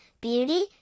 beauty